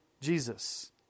Jesus